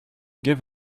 give